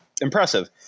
Impressive